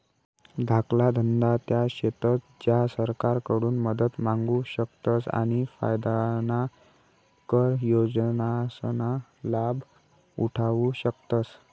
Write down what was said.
धाकला धंदा त्या शेतस ज्या सरकारकडून मदत मांगू शकतस आणि फायदाना कर योजनासना लाभ उठावु शकतस